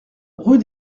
rue